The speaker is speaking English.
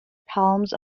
palms